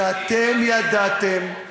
שאתם ידעתם,